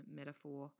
metaphor